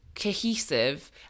cohesive